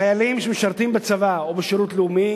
חיילים שמשרתים בצבא, או בשירות לאומי,